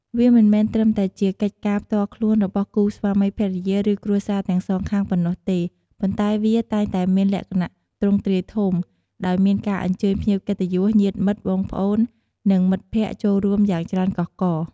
វាមិនមែនត្រឹមតែជាកិច្ចការផ្ទាល់ខ្លួនរបស់គូស្វាមីភរិយា ឬគ្រួសារទាំងសងខាងប៉ុណ្ណោះទេ ប៉ុន្តែវាតែងតែមានលក្ខណៈទ្រង់ទ្រាយធំ ដោយមានការអញ្ជើញភ្ញៀវកិត្តិយស ញាតិមិត្ត បងប្អូន និងមិត្តភក្តិចូលរួមយ៉ាងច្រើនកុះករ។